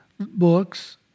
books